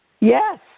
Yes